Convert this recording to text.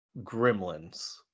gremlins